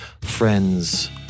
friends